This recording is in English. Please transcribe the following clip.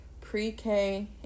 pre-K